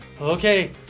Okay